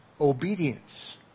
obedience